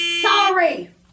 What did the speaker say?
Sorry